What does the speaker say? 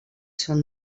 són